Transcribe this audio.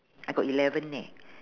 I got eleven eh